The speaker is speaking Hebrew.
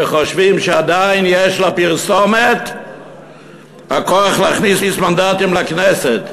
שחושבים שעדיין יש לפרסומת הכוח להכניס מנדטים לכנסת,